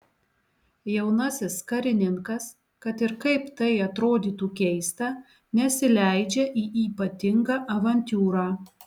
jaunasis karininkas kad ir kaip tai atrodytų keista nesileidžia į ypatingą avantiūrą